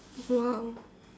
!wow!